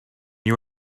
you